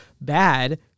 bad